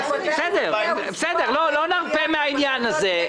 לא נרפה מהעניין הזה.